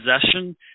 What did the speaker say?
possession